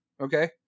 Okay